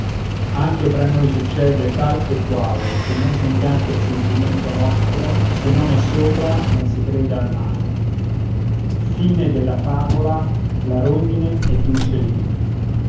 anche fra noi succede tal e quale che non sentiam che il sentimento nostro se non è sopra non si crede al male l